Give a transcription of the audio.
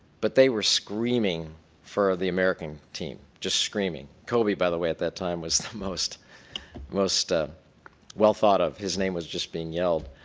but they were screaming for the american team. just screaming. kobe by the way at this time was most most ah well thought of. his name was just being yelled.